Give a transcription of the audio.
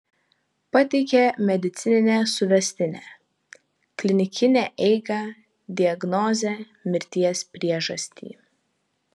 pateikė medicininę suvestinę klinikinę eigą diagnozę mirties priežastį